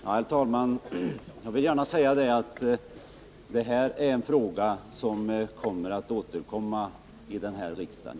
Herr talman! Jag vill gärna säga att detta är en fråga som skall återkomma här i riksdagen.